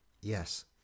Yes